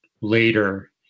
later